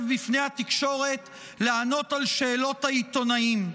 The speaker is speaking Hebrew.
בפני התקשורת לענות על שאלות העיתונאים.